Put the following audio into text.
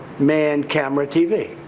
man, camera, tv.